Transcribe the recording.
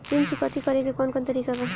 ऋण चुकौती करेके कौन कोन तरीका बा?